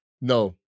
No